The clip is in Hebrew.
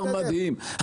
מדהים.